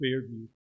Fairview